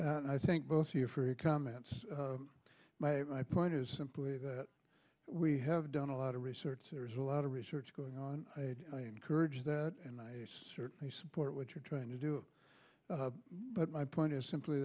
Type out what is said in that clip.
and i think both of you for your comments my my point is simply that we have done a lot of research there's a lot of research going on i had encouraged that and i certainly support what you're trying to do but my point is simply